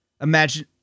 Imagine